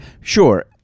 Sure